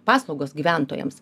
paslaugos gyventojams